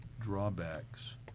drawbacks